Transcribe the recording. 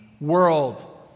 world